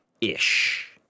ish